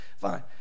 fine